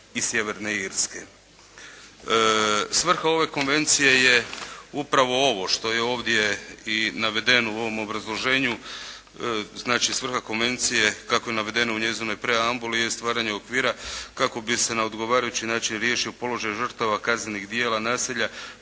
Svrha ove konvencije je upravo ovo što je ovdje i navedeno u ovom obrazloženju. Znači, svrha konvencije kako je navedeno u njezinoj preambuli je “stvaranje okvira kako bi se na odgovarajući način riješio položaj žrtava kaznenih djela nasilja